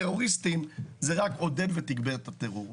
זה רק עודד ותגבר את הטרור.